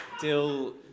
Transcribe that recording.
Dill